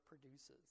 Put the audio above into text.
produces